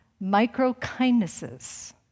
micro-kindnesses